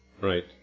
Right